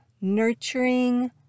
nurturing